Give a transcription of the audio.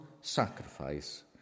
sacrifice